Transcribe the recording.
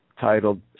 titled